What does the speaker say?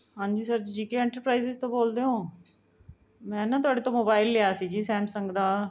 ਹਾਂਜੀ sir ji K enterprises ਤੋਂ ਬੋਲਦੇ ਹੋ ਮੈਂ ਨਾ ਤੁਹਾਡੇ ਤੋਂ ਮੋਬਾਈਲ ਲਿਆ ਸੀ ਜੀ ਸੈਮਸੰਗ ਦਾ